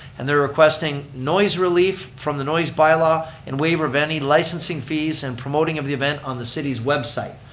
and they're requesting noise relief from the noise by-law and waiver of any licensing fees and promoting of the event on the city's website.